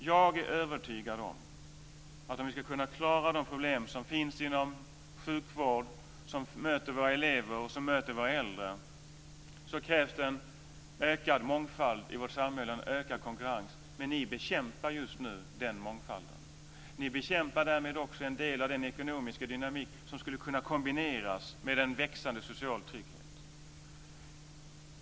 Jag är övertygad om att om vi ska klara de problem som finns inom sjukvård, som möter våra elever och äldre, krävs det ökad mångfald och konkurrens i samhället. Ni bekämpar just nu den mångfalden. Ni bekämpar därmed också en del av den ekonomiska dynamik som skulle kunna kombineras med en växande social trygghet.